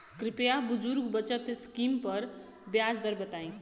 कृपया बुजुर्ग बचत स्किम पर ब्याज दर बताई